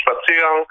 Spaziergang